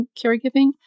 caregiving